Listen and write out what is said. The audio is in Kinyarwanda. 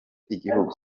igihugu